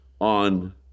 on